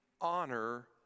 honor